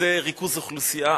בכזה ריכוז אוכלוסייה,